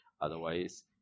Otherwise